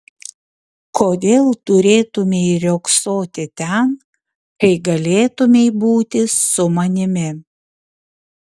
kodėl turėtumei riogsoti ten kai galėtumei būti su manimi